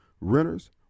renters